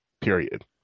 period